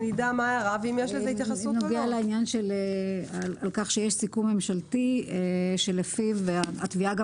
בנוגע לכך שיש סיכום ממשלתי לפיו התביעה גם